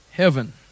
Heaven